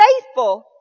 faithful